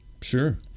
Sure